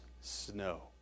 snow